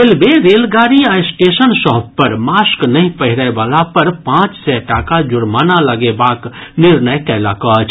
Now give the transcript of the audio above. railway रेलगाड़ी आ station सभ पर मास्क नहि पहिरय वला पर पांच सय टाका जुर्माना लगेबाक निर्णय कयलक अछि